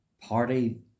party